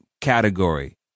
category